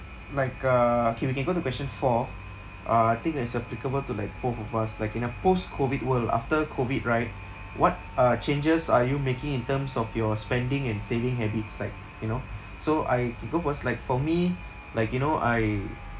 like uh okay we can go to question four uh I think it's applicable to like both of us like in a post-COVID world after COVID right what uh changes are you making in terms of your spending and saving habits like you know so I I go first like for me like you know I